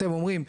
אתם אומרים,